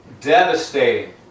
devastating